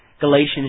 Galatians